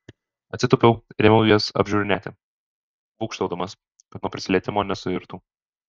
atsitūpiau ir ėmiau jas apžiūrinėti būgštaudamas kad nuo prisilietimo nesuirtų